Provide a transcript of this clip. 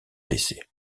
décès